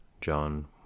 John